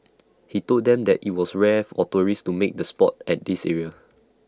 he told them that IT was rare of tourists to make the Sport at this area